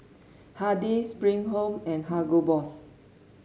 Hardy's Spring Home and Hugo Boss